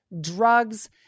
drugs